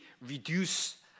reduce